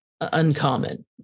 uncommon